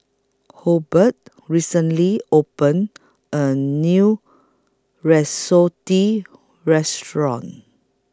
Hobert recently opened A New Risotto Restaurant